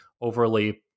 overly